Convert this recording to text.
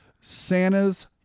santa's